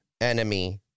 enemy